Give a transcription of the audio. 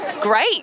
great